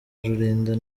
rulinda